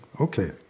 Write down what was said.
okay